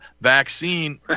vaccine